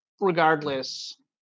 regardless